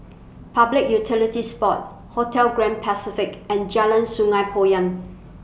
Public Utilities Board Hotel Grand Pacific and Jalan Sungei Poyan